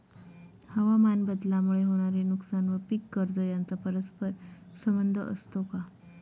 हवामानबदलामुळे होणारे नुकसान व पीक कर्ज यांचा परस्पर संबंध असतो का?